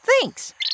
thanks